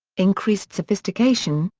increased sophistication,